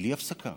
בלי הפסקה